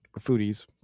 Foodies